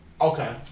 Okay